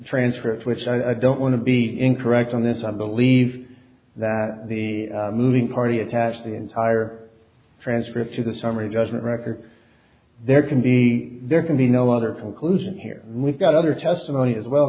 transcript which i don't want to be incorrect on this i believe that the moving party attached the entire transcript to the summary judgment record there can be there can be no other conclusion here we've got other testimony as well